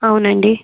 అవును అండి